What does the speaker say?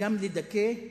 וגם לדכא.